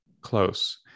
close